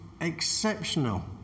exceptional